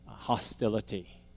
hostility